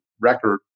record